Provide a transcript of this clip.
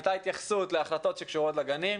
הייתה התייחסות להחלטות שקשורות לגנים,